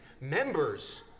members